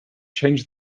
change